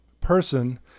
person